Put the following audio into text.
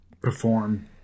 perform